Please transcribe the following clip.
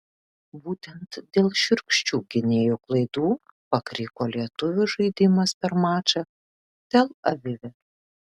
būtent dėl šiurkščių gynėjų klaidų pakriko lietuvių žaidimas per mačą tel avive